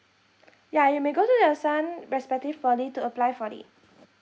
ya you may go to your son respective poly to apply for it